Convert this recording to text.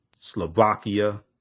Slovakia